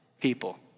people